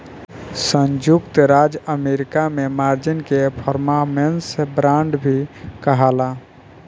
संयुक्त राज्य अमेरिका में मार्जिन के परफॉर्मेंस बांड भी कहाला